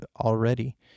already